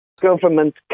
Government